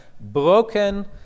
broken